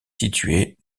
situé